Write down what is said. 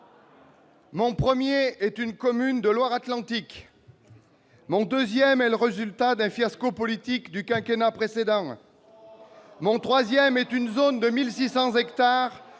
Mon premier est une commune de Loire-Atlantique. Mon deuxième est le résultat d'un fiasco politique du quinquennat précédent. Mon troisième est une zone de 1 600 hectares